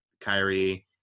Kyrie